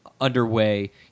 underway